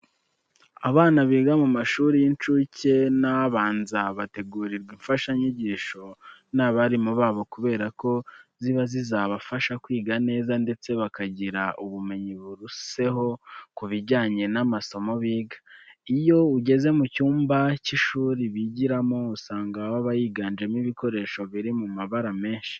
Abana biga mu mashuri y'incuke n'abanza bategurirwa imfashanyigisho n'abarimu babo kubera ko ziba zizabafasha kwiga neza ndetse bakagira ubumenyi buruseho ku bijyanye n'amasomo biga. Iyo ugeze mu cyumba cy'ishuri bigiramo usanga haba higanjemo ibikoresho biri mu mabara menshi.